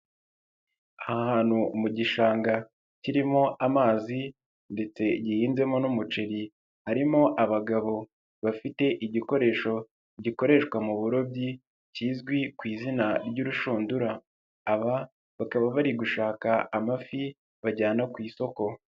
Aha hantu mu gishanga kirimo amazi ndetse gihinzemo n'umuceri, harimo abagabo bafite igikoresho gikoreshwa mu burobyi kizwi ku izina ry'urushundura, aba bakaba bari gushaka amafi bajyana ku isoko.